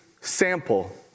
sample